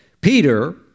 Peter